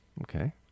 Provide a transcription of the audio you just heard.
Okay